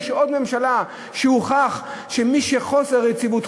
יש עוד ממשלה שהוכח שחוסר היציבות,